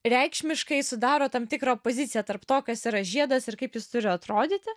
reikšmiškai sudaro tam tikrą poziciją tarp to kas yra žiedas ir kaip jis turi atrodyti